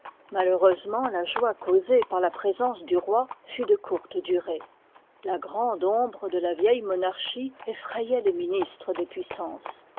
malheureusement la joie causée par la présence du roi fut de courte durée la grande ombre de la vieille monarchie effrayoit les ministres des puissances